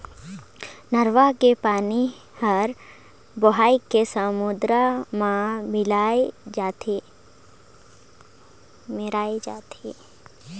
नरूवा के पानी हर बोहाए के समुन्दर मे मेराय जाथे